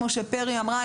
כמו שפרי אמרה,